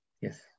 yes